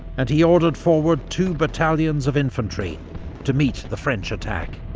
and he ordered forward two battalions of infantry to meet the french attack.